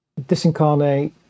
disincarnate